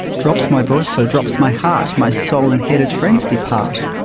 drops my voice so drops my heart, my soul and head as friends depart.